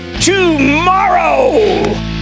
tomorrow